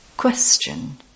Question